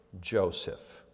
Joseph